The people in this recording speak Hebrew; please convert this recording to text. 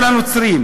של הנוצרים.